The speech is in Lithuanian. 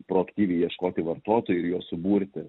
proaktyviai ieškoti vartotojų ir juos suburti